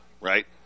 right